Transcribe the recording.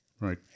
right